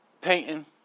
painting